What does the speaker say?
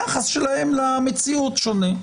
יחסם למציאות שונה.